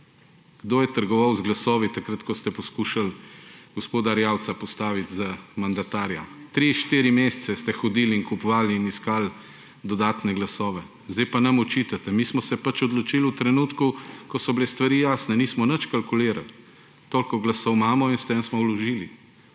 kdo je trgoval z glasovi, ko ste poskušali gospoda Erjavca postaviti za mandatarja? 3, 4 mesece ste hodili, kupovali in iskali dodatne glasove, zdaj pa nam očitate. Mi smo se pač odločili v trenutku, ko so bile stvari jasne, nismo nič kalkulirali. Toliko glasov imamo in s tem smo vložili.